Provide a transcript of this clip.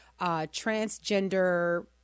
transgender